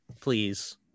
please